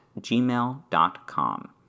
gmail.com